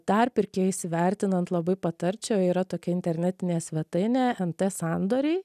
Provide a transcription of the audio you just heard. dar pirkėjui įsivertinant labai patarčiau yra tokia internetinė svetainė nt sandoriai